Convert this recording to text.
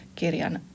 kirjan